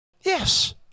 Yes